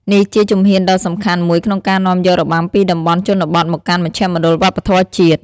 នេះជាជំហានដ៏សំខាន់មួយក្នុងការនាំយករបាំពីតំបន់ជនបទមកកាន់មជ្ឈមណ្ឌលវប្បធម៌ជាតិ។